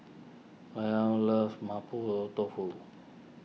Layla loves Mapo Tofu